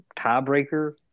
tiebreaker